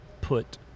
put